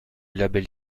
label